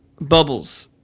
Bubbles